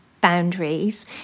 boundaries